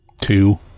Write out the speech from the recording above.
Two